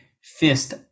fist